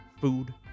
food